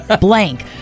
blank